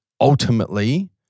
ultimately